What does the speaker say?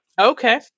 Okay